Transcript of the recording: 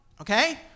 okay